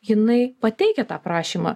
jinai pateikia tą prašymą